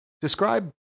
describe